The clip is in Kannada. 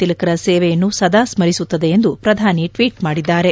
ತಿಲಕರ ಸೇವೆಯನ್ನು ಸದಾ ಸ್ಕರಿಸುತ್ತದೆ ಎಂದು ಪ್ರಧಾನಿ ಮೋದಿ ಟ್ಲೀಟ್ ಮಾಡಿದ್ದಾರೆ